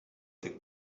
the